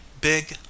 big